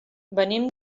venim